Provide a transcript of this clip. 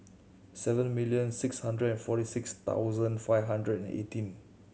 seven million six hundred and forty six thousand five hundred and eighteen